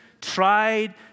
tried